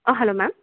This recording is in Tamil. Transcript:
ah hello ma'am